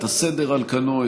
את הסדר על כנו,